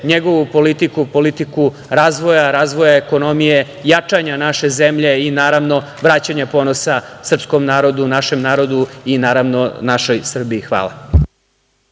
njegovu politiku, politiku razvoja, razvoja ekonomije, jačanja naše zemlje i naravno vraćanja ponosa srpskom narodu, našem narodu i naravno našoj Srbiji. Hvala.